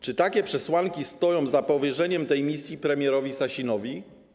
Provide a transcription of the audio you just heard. Czy takie przesłanki stoją za powierzeniem tej misji premierowi Sasinowi?